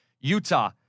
Utah